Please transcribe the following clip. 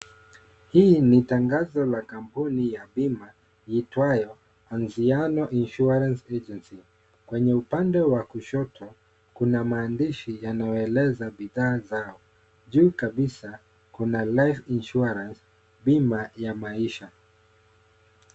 Hii ni tangazo la kampuni ya bima iitwayo ANZIANO INSURANCE AGENCY. Kwenye upande wa kushoto kuna maandishi yanayoeleza bidhaa zao. Juu kabisa kuna Life Insurance , bima ya maisha.